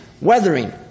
weathering